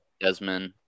Desmond